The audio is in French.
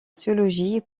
sociologie